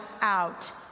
out